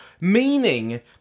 meaning